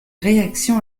réactions